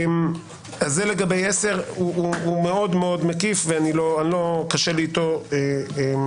אז זה לגבי סעיף 10. הוא מאוד מאוד מקיף וקשה לי איתו מאוד.